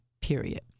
period